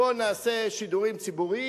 בואו נעשה שידורים ציבוריים,